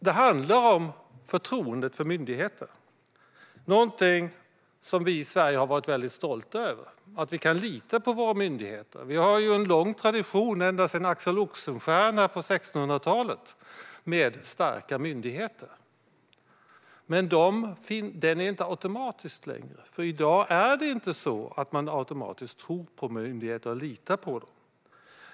Det handlar om förtroendet för myndigheter. Det är någonting som vi i Sverige har varit väldigt stolta över - att vi kan lita på våra myndigheter. Vi har en lång tradition ända sedan Axel Oxenstierna på 1600-talet av starka myndigheter. Men så är det inte längre automatiskt, för i dag är det inte så att man automatiskt tror på myndigheter eller litar på dem.